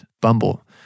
Bumble